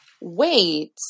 wait